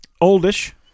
oldish